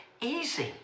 easy